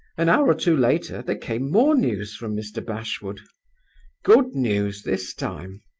an hour or two later there came more news from mr. bashwood good news this time.